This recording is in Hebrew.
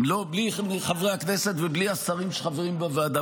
בלי חברי הכנסת ובלי השרים שחברים בוועדה,